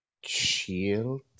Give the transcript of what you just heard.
shield